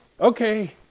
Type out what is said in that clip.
okay